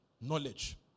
knowledge